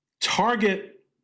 target